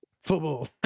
football